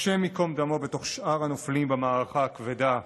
השם ייקום דמו, בתוך שאר הנופלים במערכה כבדה.